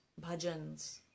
bhajans